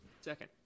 Second